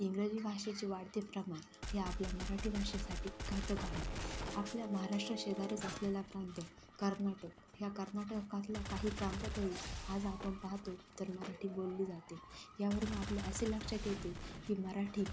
इंग्रजी भाषेचे वाढते प्रमाण हे आपल्या मराठी भाषेसाठी घातक आहे आपल्या महाराष्ट्रा शेजारीच असलेला प्रांत कर्नाटक ह्या कर्नाटकातल्या काही प्रांतातही आज आपण पाहतो तर मराठी बोलली जाते यावरून आपल्या असे लक्षात येते की मराठी